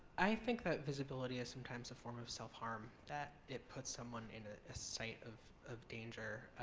i think that visibility is sometimes a form of self harm that it puts someone in a site of of danger